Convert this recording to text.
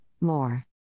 more